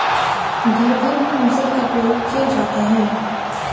घर घर में मुसल का प्रयोग किया जाता है